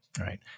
right